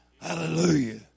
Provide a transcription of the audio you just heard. Hallelujah